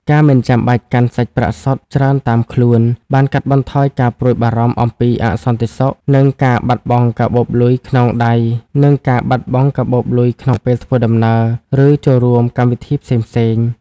ការមិនចាំបាច់កាន់សាច់ប្រាក់សុទ្ធច្រើនតាមខ្លួន បានកាត់បន្ថយការព្រួយបារម្ភអំពីអសន្តិសុខ និងការបាត់បង់កាបូបលុយក្នុងពេលធ្វើដំណើរ ឬចូលរួមកម្មវិធីផ្សេងៗ។